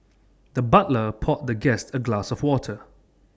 the butler poured the guest A glass of water